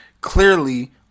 clearly